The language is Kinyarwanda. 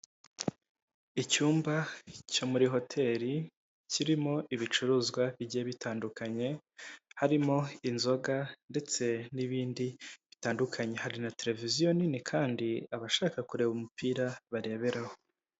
Icyumba cyo muri hoteli kirimo ibicuruzwa bijye bitandukanye harimo inzoga ndetse n'ibindi bitandukanye hari na televiziyo nini kandi abashaka kureba umupira bareberaho.